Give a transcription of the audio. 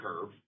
curve